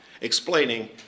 explaining